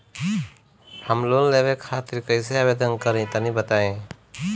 हम लोन लेवे खातिर कइसे आवेदन करी तनि बताईं?